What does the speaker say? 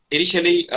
Initially